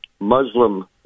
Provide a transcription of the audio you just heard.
Muslim